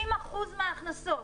60% מהכנסות.